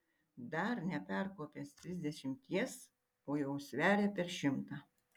dar neperkopęs trisdešimties o jau sveria per šimtą